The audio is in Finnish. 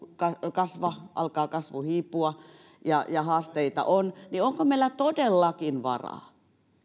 kasva alkaa kasvu hiipua ja ja haasteita on niin onko meillä todellakin varaa